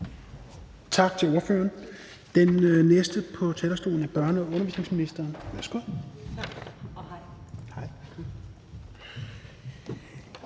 Tak til ordføreren. Den næste på talerstolen er børne- og undervisningsministeren. Værsgo.